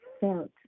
felt